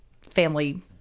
family